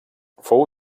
fou